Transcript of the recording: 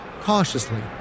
cautiously